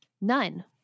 None